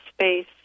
space